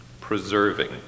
Preserving